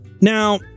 Now